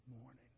morning